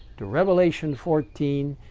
to revelation fourteen,